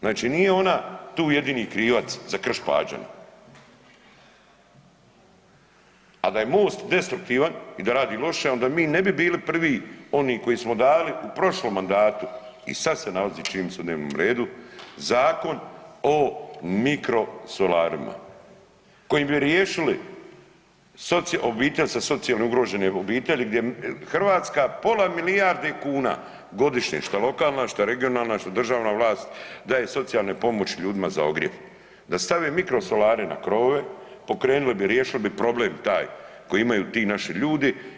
Znači, nije ona tu jedini krivac za Krš Pađane, a da je Most destruktivan i da radi loše, onda mi ne bi bili prvi oni koji smo dali u prošlom mandatu i sada se nalazi čini mi se na dnevnom redu Zakon o mikrosolarima kojim bi riješili obitelji socijalno ugrožene obitelji gdje Hrvatska pola milijardi kuna godišnje što lokalna, što regionalna, što državna vlast daje socijalne pomoći ljudima za ogrjev, da stave mikrosolare na krovove pokrenuli bi, riješili bi problem taj koji imaju ti naši ljudi.